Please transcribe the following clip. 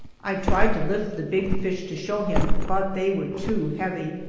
i tried to lift the big fish to show him, but they were too heavy,